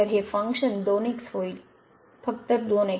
तर हे function 2x होईल फक्त 2x